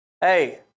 Hey